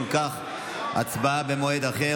אם כך, הצבעה במועד אחר.